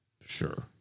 Sure